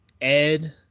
ed